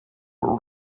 were